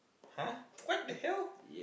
!huh! what the hell